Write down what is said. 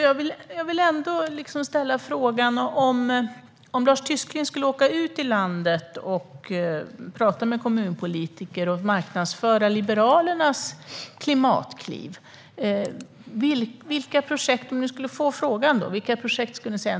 Jag vill ändå ställa frågan: Om Lars Tysklind skulle åka ut i landet och prata med kommunpolitiker och marknadsföra Liberalernas klimatkliv, vilka projekt skulle han då säga